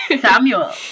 Samuel